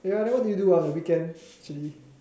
eh then what do you do ah the weekends actually